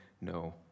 no